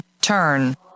turn